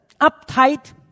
uptight